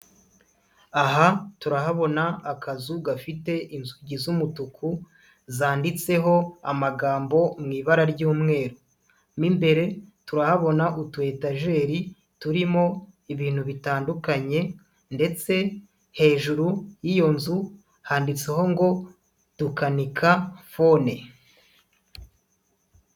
Aha turahabona akazu gafite inzugi z'umutuku, zanditseho amagambo mu ibara ry'umweru, mo imbere turahabona utu etajeri turimo ibintu bitandukanye ndetse hejuru y'iyo nzu handitseho ngo dukanika fone.